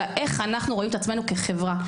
אלא איך אנחנו רואים את עצמנו כחברה.